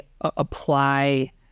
apply